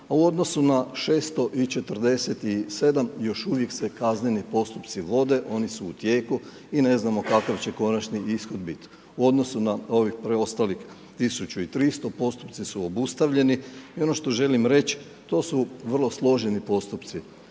a u odnosu na 647 još uvijek se kazneni postupci vode, oni su u tijeku i ne znamo kakav će konačni ishod bit. U odnosu na ovih preostalih 1300, postupci su obustavljeni i ono što želim reći to su vrlo složeni postupci